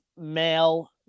male